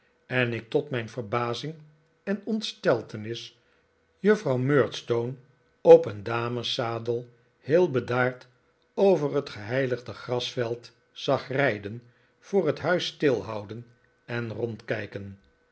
en ik tot mijn verbazing en ontsteltenis juffrouw murdstone op een dameszadel heel bedaard over het geheiligde grasveld zag rijden voor het huis stilhouden en rondkijken